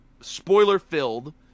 spoiler-filled